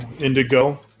Indigo